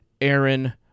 Aaron